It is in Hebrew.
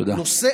נושא